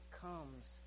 comes